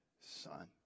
son